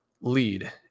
lead